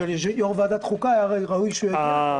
יושב-ראש ועדת החוקה היה ראוי שיגיע לפה.